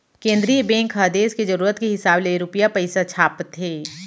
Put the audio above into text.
केंद्रीय बेंक ह देस के जरूरत के हिसाब ले रूपिया पइसा छापथे